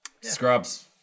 Scrubs